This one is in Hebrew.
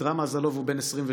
איתרע מזלו והוא בן 27,